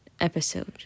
episode